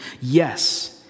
yes